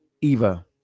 Eva